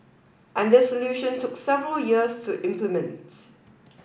and this solution took several years to implement